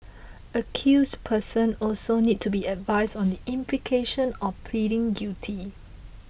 accused person also need to be advised on the implications of pleading guilty